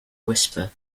whisper